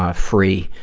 ah free.